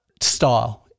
style